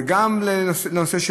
וגם על הטבע,